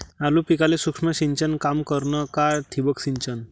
आलू पिकाले सूक्ष्म सिंचन काम करन का ठिबक सिंचन?